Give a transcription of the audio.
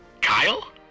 Kyle